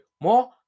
more